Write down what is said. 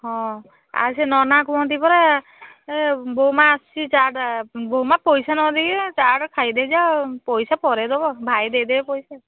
ହଁ ଆ ସେ ନନା କୁହନ୍ତି ପରା ଏ ବୋହୁ ମାଆ ଆସିଛି ଚାଟ୍ ବୋହୁ ମାଆ ପଇସା ନ ଦେଇକି ଚାଟ୍ ଖାଇଦେଇ ଯାଅ ପଇସା ପରେ ଦେବ ଭାଇ ଦେଇଦେବେ ପଇସା